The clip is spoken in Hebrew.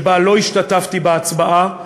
שלא השתתפתי בהצבעה עליה,